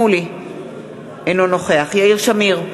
אינו נוכח יאיר שמיר,